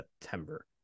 September